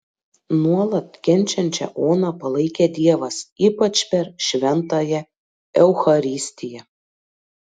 nuolat kenčiančią oną palaikė dievas ypač per šventąją eucharistiją